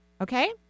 okay